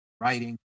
writing